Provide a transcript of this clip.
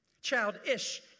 Childish